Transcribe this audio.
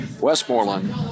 Westmoreland